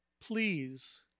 please